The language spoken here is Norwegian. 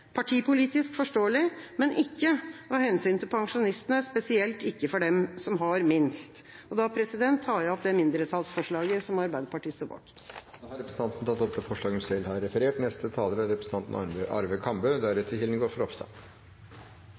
partipolitisk forståelig, men ikke av hensyn til pensjonistene, spesielt ikke for dem som har minst. Med dette tar jeg opp mindretallsforslaget, som Arbeiderpartiet, Senterpartiet og SV står bak. Representanten Lise Christoffersen har tatt opp det forslaget hun refererte til. For Høyre er